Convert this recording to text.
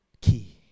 key